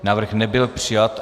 Návrh nebyl přijat.